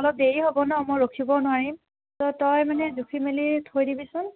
অলপ দেৰী হ'ব ন মই ৰখিবও নোৱাৰিম ত' তই মানে জুখি মেলি থৈ দিবিচোন